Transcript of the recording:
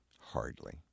Hardly